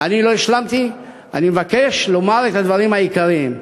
אני לא השלמתי, אני מבקש לומר את הדברים העיקריים.